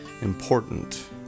important